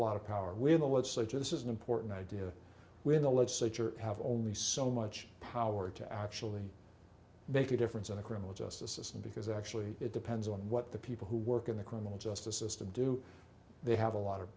legislature this is an important idea when the legislature have only so much power to actually make a difference in the criminal justice system because actually it depends on what the people who work in the criminal justice system do they have a lot of